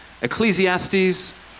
Ecclesiastes